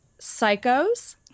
psychos